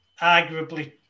arguably